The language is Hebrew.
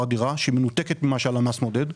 הדירה הדירה שמנותקת ממה שעלה מס מודד.